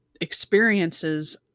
experiences